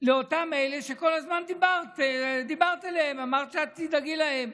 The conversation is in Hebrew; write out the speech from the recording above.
לאותם אלה שכל הזמן דיברת אליהם ואמרת שאת תדאגי להם.